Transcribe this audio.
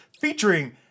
featuring